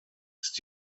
ist